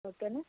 ఓకేనా